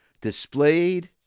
displayed